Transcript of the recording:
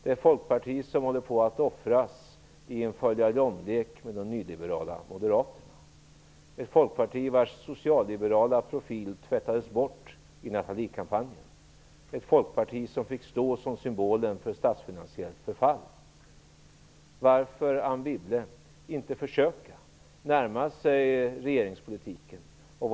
Det folkparti som håller på att offras i en följa-John-lek med de nyliberala Moderaterna, det folkparti vars socialliberala profil tvättades bort i Nathaliekampanjen, det folkparti som fick stå som symbolen för statsfinansiellt förfall. Varför inte försöka närma sig regeringspolitiken, Anne Wibble?